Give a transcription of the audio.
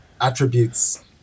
attributes